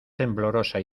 temblorosa